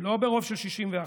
לא ברוב של 61,